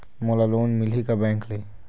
मोला लोन मिलही का बैंक ले?